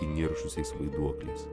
įniršusiais vaiduokliais